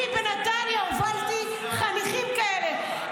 אני בנתניה הובלתי חניכים כאלה.